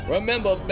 Remember